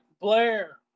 Blair